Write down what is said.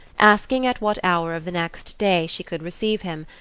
asking at what hour of the next day she could receive him,